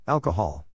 Alcohol